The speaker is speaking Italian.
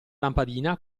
lampadina